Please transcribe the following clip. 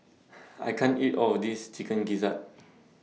I can't eat All of This Chicken Gizzard